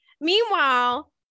Meanwhile